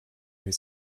his